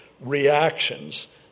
reactions